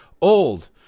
old